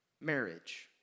marriage